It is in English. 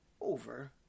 over